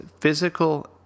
physical